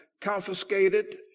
confiscated